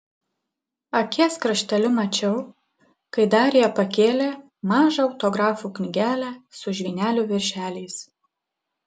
akies krašteliu mačiau kai darija pakėlė mažą autografų knygelę su žvynelių viršeliais